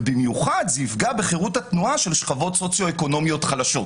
ובמיוחד זה יפגע בחירות התנועה של שכבות סוציואקונומיות חלשות.